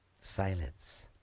Silence